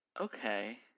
Okay